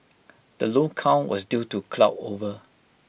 the low count was due to cloud over